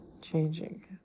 changing